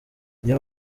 iyo